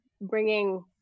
bringing